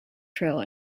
trail